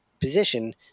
position